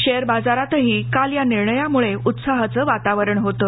share बाजारातही काल या निर्णयामुळे उत्साहाचं वातावरण होतं